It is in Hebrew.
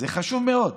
זה חשוב מאוד.